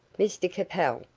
mr capel,